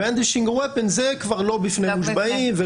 זה כבר לא בפני מושבעים,